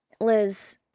Liz